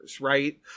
right